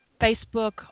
Facebook